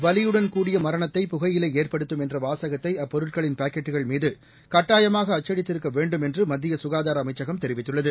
வலியுடன் கூடிய மரணத்தை புகையிலை ஏற்படுத்தும் என்ற வாசகத்தை அப்பொருட்களின் பாக்கெட்கள்மீது கட்டாயமாக அச்சடித்திருக்க வேண்டும் என்று மத்திய ககாதார அமைச்சகம் தெரிவித்துள்ளது